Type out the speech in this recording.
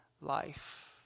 life